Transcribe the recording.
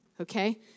okay